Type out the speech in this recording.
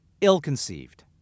ill-conceived